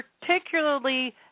particularly